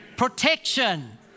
protection